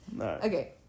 Okay